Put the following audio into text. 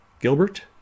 Gilbert